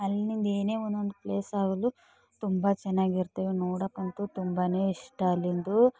ಅಲ್ಲಿನಿಂದ ಏನೇ ಒಂದೊಂದು ಪ್ಲೇಸ್ ಆದರೂ ತುಂಬ ಚೆನ್ನಾಗಿರ್ತವೆ ನೋಡಕಂತೂ ತುಂಬನೇ ಇಷ್ಟ ಅಲ್ಲಿಂದು